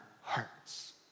hearts